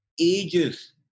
ages